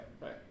right